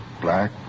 Black